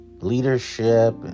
leadership